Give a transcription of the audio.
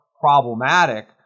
problematic